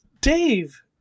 Dave